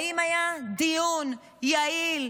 האם היה דיון יעיל,